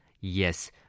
Yes